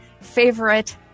favorite